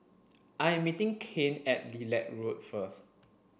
I am meeting Kane at Lilac Road first